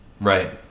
Right